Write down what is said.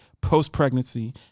post-pregnancy